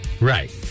Right